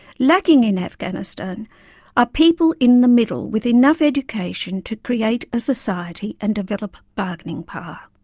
lacking in afghanistan are people in the middle with enough education to create a society and develop bargaining power.